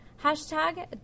Hashtag